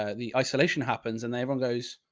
ah the isolation happens and they, everyone goes,